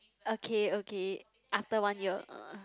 okay okay after one year